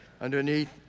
underneath